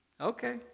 Okay